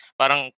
parang